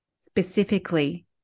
specifically